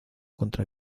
contra